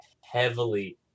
heavily